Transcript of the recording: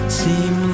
seem